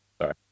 sorry